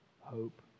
Hope